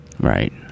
Right